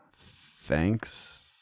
Thanks